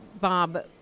Bob